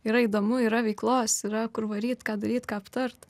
yra įdomu yra veiklos yra kur varyt ką daryt ką aptart